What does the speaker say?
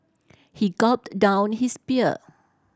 he gulped down his beer